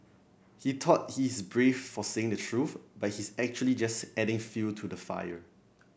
he thought he's brave for saying the truth but he's actually just adding fuel to the fire